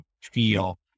feel